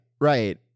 right